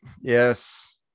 Yes